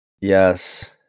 Yes